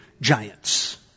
giants